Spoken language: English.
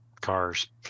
cars